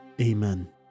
Amen